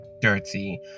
dirty